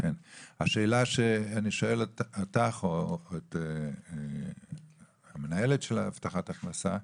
השאלה שאני שואל אותך או את המנהלת של הבטחת הכנסה,